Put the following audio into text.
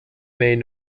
made